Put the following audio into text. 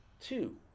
two